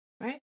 Right